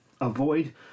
avoid